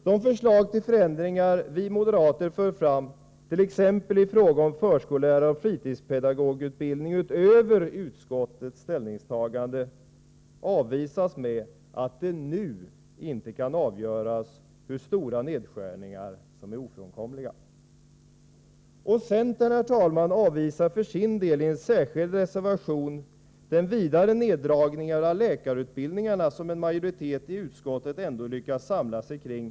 De förslag till förändringar vi moderater för fram, t.ex. i fråga om förskolläraroch fritidspedagogutbildningarna, som går längre än utskottets förslag, avvisas med argumentet att det inte nu kan avgöras hur stora nedskärningar som är ofrånkomliga. Centern avvisar i en särskild reservation den vidare neddragning av läkarutbildningen som en majoritet i utskottet ändå lyckats samla sig kring.